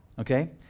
Okay